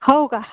हो का